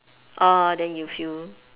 oh then you feel